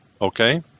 Okay